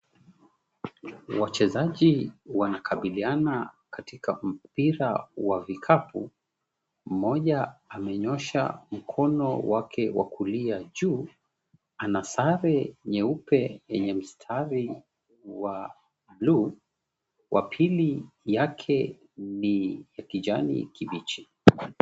Wachezaji wanakabiliana katika mpira wa vikapu, mmoja amenyoosha mkono wake wa kulia juu. Ana sare nyeupe yenye mstari wa bluu, wa pili yake ni ya kijani kibichi.